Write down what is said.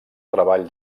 treball